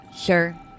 Sure